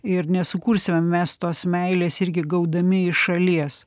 ir nesukursime mes tos meilės irgi gaudami iš šalies